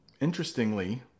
interestingly